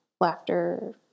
laughter